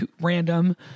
random